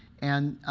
and